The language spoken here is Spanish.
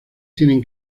tienen